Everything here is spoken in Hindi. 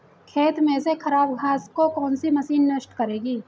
खेत में से खराब घास को कौन सी मशीन नष्ट करेगी?